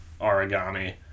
origami